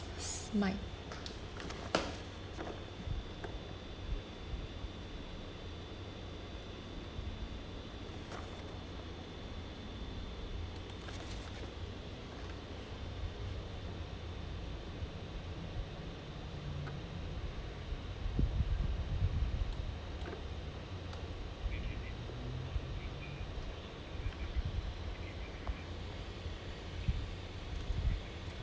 s~ mic